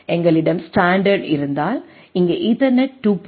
எங்களிடம் ஸ்டாண்டர்டு இருந்தால் இங்கே ஈதர்நெட் 2